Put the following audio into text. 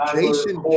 Jason